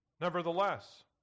Nevertheless